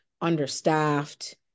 understaffed